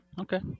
Okay